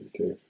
Okay